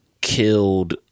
killed